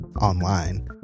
online